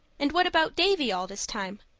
and what about davy all this time?